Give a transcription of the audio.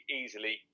easily